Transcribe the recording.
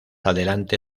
adelante